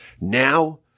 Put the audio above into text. Now